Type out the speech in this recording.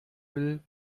will